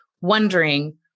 wondering